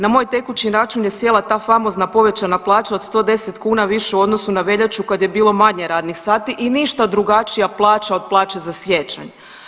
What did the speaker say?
Na moj tekući račun je sjela ta famozna povećana plaća od 110 kuna više u odnosu na veljaču kada je bilo manje radnih sati i ništa drugačija plaća od plaće za siječanj.